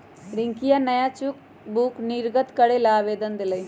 रियंकवा नया चेकबुक निर्गत करे ला आवेदन देलय